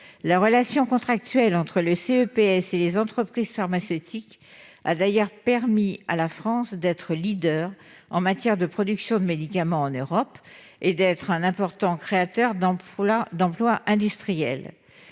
La relation contractuelle entre le CEPS et les entreprises pharmaceutiques a permis à la France d'être leader en matière de production de médicaments en Europe et d'être un important créateur d'emplois industriels,